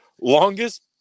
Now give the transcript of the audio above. longest